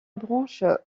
branche